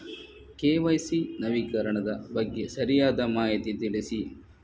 KYC ನವೀಕರಣದ ಬಗ್ಗೆ ಸರಿಯಾದ ಮಾಹಿತಿ ತಿಳಿಸಿ?